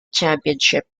championship